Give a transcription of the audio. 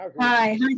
Hi